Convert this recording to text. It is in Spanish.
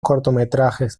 cortometrajes